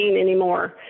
anymore